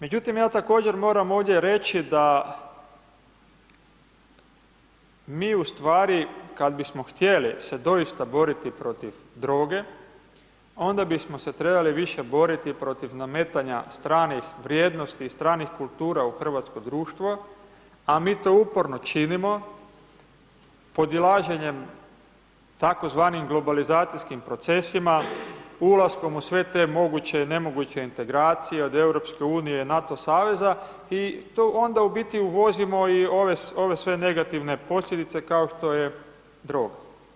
Međutim, ja također moram ovdje reći da mi u stvari kada bismo htjeli se doista boriti protiv droge, onda bismo se trebali više boriti protiv nametanja stranih vrijednosti i stranih kultura u hrvatsko društvo, a mi to uporno činimo podilaženjem tzv. globalizacijskim procesima, ulaskom u sve te moguće, nemoguće integracije od Europske unije, NATO saveza i to onda u biti uvozimo i ove sve negativne posljedice kao što je droga.